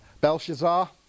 Belshazzar